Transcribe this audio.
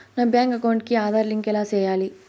నా bank account కి Aadhaar link ఎలా సేయాలి